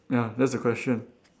ya that's the question